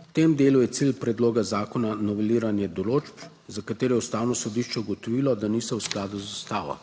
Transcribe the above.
V tem delu je cilj predloga zakona noveliranje določb, za katere je Ustavno sodišče ugotovilo, da niso v skladu z Ustavo.